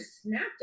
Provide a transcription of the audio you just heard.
snapped